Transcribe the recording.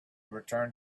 return